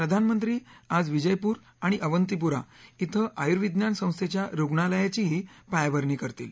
प्रधानमंत्री आज विजयपूर आणि अवंतिपुरा िक्रि आयुर्विज्ञान संस्थेच्या रुग्णालयाचीही पायाभरणी करतील